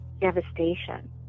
devastation